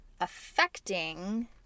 affecting